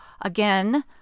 again